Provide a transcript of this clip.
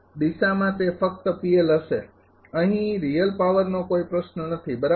દિશામાં તે ફક્ત હશે અહીં રિયલ પાવરનો કોઈ પ્રશ્ન નથી બરાબર